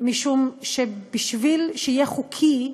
משום שבשביל שיהיה חוקי,